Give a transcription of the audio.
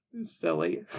silly